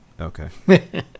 Okay